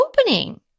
opening